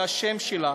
והשם שלה,